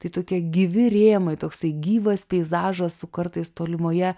tai tokie gyvi rėmai toksai gyvas peizažas su kartais tolimoje